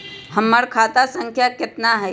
हमर खाता संख्या केतना हई?